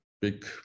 big